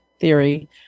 theory